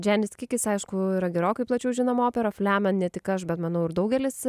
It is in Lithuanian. džainis kikis aišku yra gerokai plačiau žinoma opera fliamen ne tik aš bet manau ir daugelis